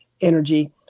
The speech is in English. energy